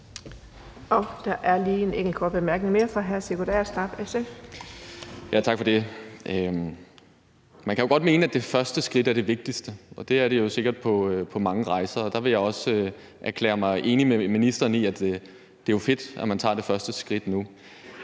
Der er lige en enkelt kort bemærkning mere fra hr. Sigurd Agersnap, SF. Kl. 14:25 Sigurd Agersnap (SF): Tak for det. Man kan jo godt mene, at det første skridt er det vigtigste, og det er det jo sikkert på mange rejser. Og der vil jeg også erklære mig enig med ministeren i, at det jo er fedt, at man tager det første skridt nu.